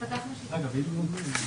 (הגבלת פעילות של מקום ציבורי או עסקי והוראות נוספות)